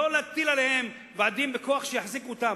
לא להטיל עליהם ועדים בכוח שיחזיקו אותם.